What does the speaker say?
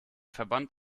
verband